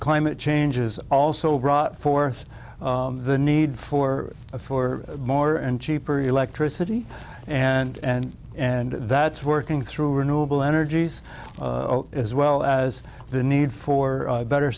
climate change is also brought forth the need for for more and cheaper electricity and and that's working through a noble energies as well as the need for better